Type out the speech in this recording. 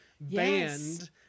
band